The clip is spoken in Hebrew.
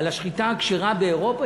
על השחיטה הכשרה באירופה,